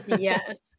yes